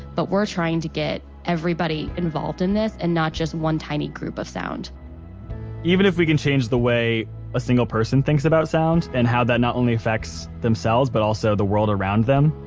but we're trying to get everybody involved in this and not just one tiny group of sound even if we can change the way a single person thinks about sound and how that not only affects themselves but also the world around them,